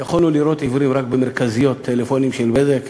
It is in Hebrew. יכולנו לראות עיוורים רק במרכזיות טלפונים של "בזק",